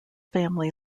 family